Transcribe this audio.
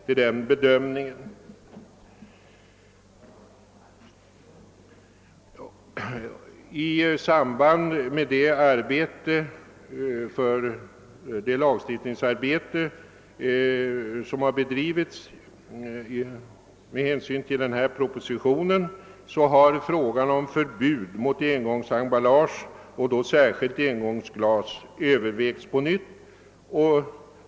Under det Jlagstiftningsarbete som bedrivits i anslutning till denna proposition har sedan frågan om förbud mot engångsemballage, särskilt engångsglas, diskuterats på nytt.